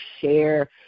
share